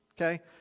Okay